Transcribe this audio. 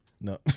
No